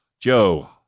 Joe